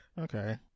Okay